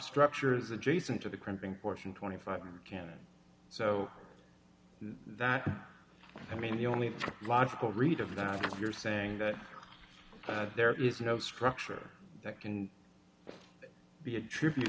structure is adjacent to the crimping portion twenty five can so that i mean the only logical read of that you're saying that there is no structure that can be attributed to